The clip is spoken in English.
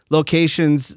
locations